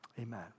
Amen